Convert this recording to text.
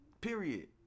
period